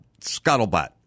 scuttlebutt